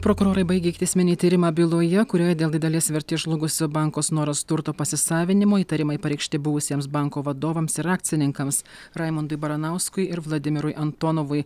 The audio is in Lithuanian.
prokurorai baigė ikiteisminį tyrimą byloje kurioje dėl didelės vertės žlugusio banko snoras turto pasisavinimo įtarimai pareikšti buvusiems banko vadovams ir akcininkams raimondui baranauskui ir vladimirui antonovui